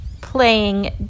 playing